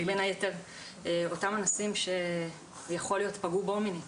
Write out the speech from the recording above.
בין היתר; יכול להיות שאותם אנסים שפגעו בו מינית.